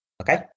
Okay